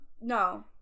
no